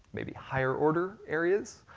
maybe higher order areas,